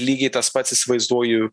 lygiai tas pats įsivaizduoju